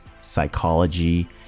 psychology